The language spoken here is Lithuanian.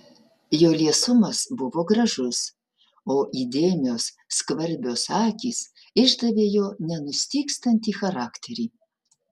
jo liesumas buvo gražus o įdėmios skvarbios akys išdavė jo nenustygstantį charakterį